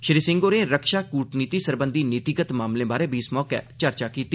श्री सिंह होरें रक्षा कूटनीति सरबंधी नीतिगत मामलें बारै बी इस मौके चर्चा कीती